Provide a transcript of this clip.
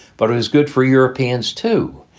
but it is good for europeans, too.